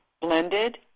blended